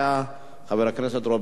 חבר הכנסת רוברט טיבייב,